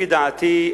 לפי דעתי,